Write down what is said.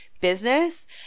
business